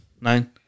Nine